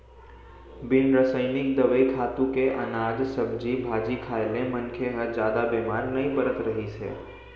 बिन रसइनिक दवई, खातू के अनाज, सब्जी भाजी खाए ले मनखे ह जादा बेमार नइ परत रहिस हे